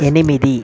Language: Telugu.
ఎనిమిది